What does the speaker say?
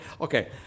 Okay